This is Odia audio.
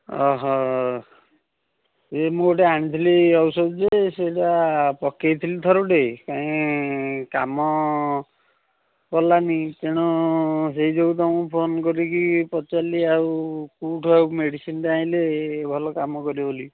ଇଏ ମୁଁ ଗୋଟେ ଆଣିଥିଲି ଔଷଧ ଯେ ସେଇଟା ପକାଇଥିଲି ଥରୁଟେ କାଇଁ କାମ କଲାନି ତେଣୁ ସେଇ ଯୋଗୁଁ ତୁମକୁ ଫୋନ୍ କରିକି ପଚାରିଲି ଆଉ କେଉଁଠୁ ଆଉ ମେଡ଼ିସିନ୍ଟା ଆଣିଲେ ଭଲ କାମ କରିବ ବୋଲି